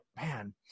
man